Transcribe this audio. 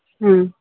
ᱦᱮᱸ